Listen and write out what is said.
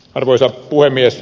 arvoisa puhemies